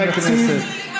אתה רוצה להציל אותם?